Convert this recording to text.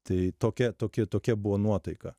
tai tokia tokia tokia buvo nuotaika